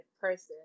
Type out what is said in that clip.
person